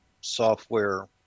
software